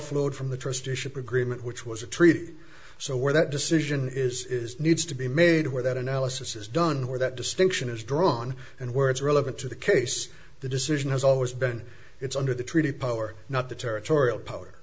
flowed from the trusteeship agreement which was a treaty so where that decision is needs to be made where that analysis is done where that distinction is drawn and words relevant to the case the decision has always been it's under the treaty power not the territorial power